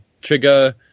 trigger